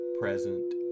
present